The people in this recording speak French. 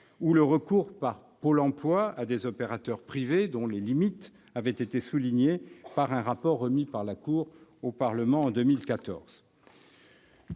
ou le recours par Pôle emploi à des opérateurs privés, dont les limites avaient été soulignées par un rapport remis par la Cour au Parlement en 2014.